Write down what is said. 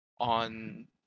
on